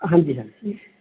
ਹਾਂਜੀ ਹਾਂਜੀ